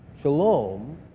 Shalom